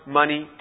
money